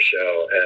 show